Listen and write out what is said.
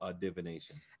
divination